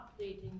updating